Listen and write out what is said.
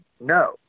No